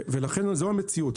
ולכן זו המציאות.